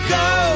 go